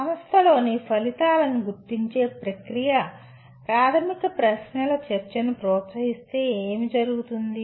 సంస్థలోని ఫలితాలను గుర్తించే ప్రక్రియ ప్రాథమిక ప్రశ్నల చర్చను ప్రోత్సహిస్తే ఏమి జరుగుతుంది